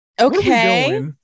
Okay